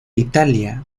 italia